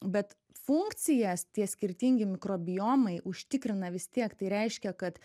bet funkcijas tie skirtingi mikrobiomai užtikrina vis tiek tai reiškia kad